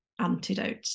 antidote